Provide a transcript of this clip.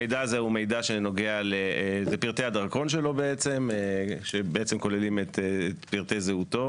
המידע הזה זה פרטי הדרכון שלו שכוללים את פרטי זהותו